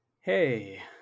Hey